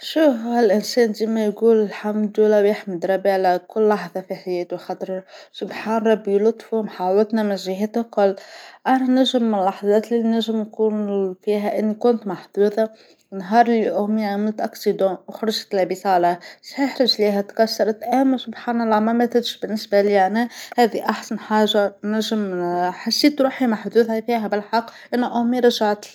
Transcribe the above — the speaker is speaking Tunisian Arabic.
شو هالإنسان ديما يقول الحمد لله ويحمد ربي على كل لحضة في حياتوا خاطر سبحان ربي لطفو محاوطنا من جهات الكل، أنا نجم لحظات لنجم فقول فيها إنى كنت محظوظة نهار اللى أمى عملت أكسيدو وخرجت لابسة على، صحيح رجليها اتكسرت امش سبحان الله ما ماتتش بالنسبة ليا أنا هاذي أحسن حاجة نجم حسيت روحي محظوظة فيها بالحق أن أمي رجعتلى.